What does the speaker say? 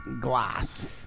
glass